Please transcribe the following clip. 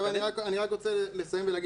אני רק רוצה לסיים ולהגיד